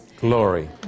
Glory